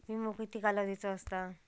विमो किती कालावधीचो असता?